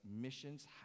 missions